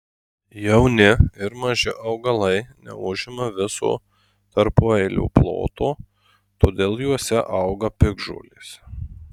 jauni ir maži augalai neužima viso tarpueilio ploto todėl juose auga piktžolės